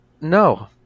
No